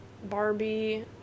Barbie